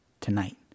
tonight